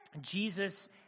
Jesus